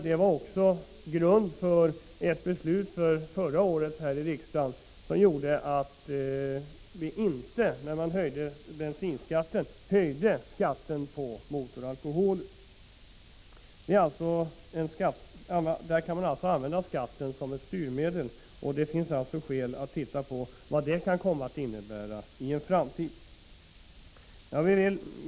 Det var också grunden till att riksdagen i samband med beslutet förra året att höja bensinskatten inte höjde skatten på motoralkoholer. I det här sammanhanget kan man alltså använda skatten som ett styrmedel, och det finns skäl att titta på vad det kan komma att innebära i en framtid.